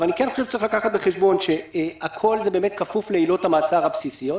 אבל צריך לקחת בחשבון שהכול כפוף לעילות המעצר הבסיסיות.